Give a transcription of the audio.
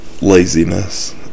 laziness